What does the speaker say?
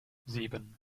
sieben